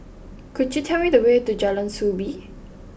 could you tell me the way to Jalan Soo Bee